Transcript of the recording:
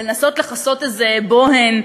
לנסות לכסות איזה בוהן,